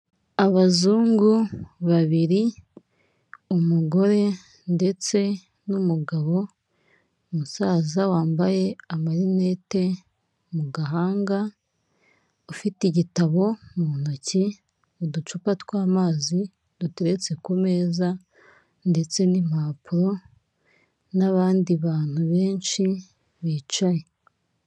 Abazungu babiri; umugore ndetse n'umugabo, umusaza wambaye amarinete mu gahanga, ufite igitabo mu ntoki, uducupa tw'amazi duteretse ku meza ndetse n'impapuro, n'abandi bantu benshi bicaye.